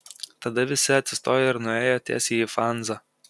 tada visi atsistojo ir nuėjo tiesiai į fanzą